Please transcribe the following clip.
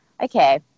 okay